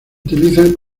utilizan